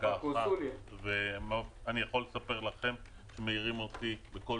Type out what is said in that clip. אני יכול לספר לכם שמעירים אותי בכל